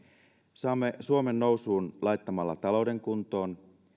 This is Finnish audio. saamme suomen nousuun laittamalla talouden kuntoon